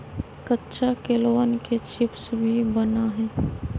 कच्चा केलवन के चिप्स भी बना हई